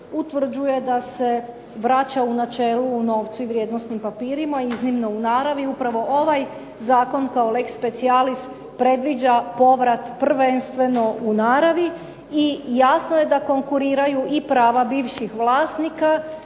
utvrđuje da se vraća u načelu u novcu i vrijednosnim papirima. Iznimno u naravi upravo ovaj zakon kao lex specialis predviđa povrat prvenstveno u naravi i jasno je da konkuriraju i prava bivših vlasnika